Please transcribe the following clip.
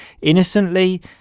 innocently